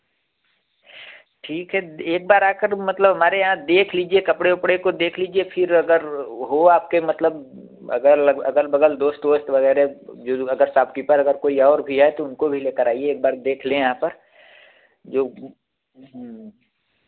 ठीक है एक बार आकर मतलब हमारे यहाँ देख लीजिए कपड़े उपड़े को देख लीजिए फिर अगर हो आपके मतलब अगर लग अगल बगल दोस्त वोस्त वगेरह जो अगर साप कीपर अगर कोई भी है तो उनको भी लेकर आईए एक बार देख लें यहाँ पर जो